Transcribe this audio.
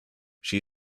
she